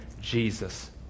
Jesus